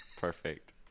Perfect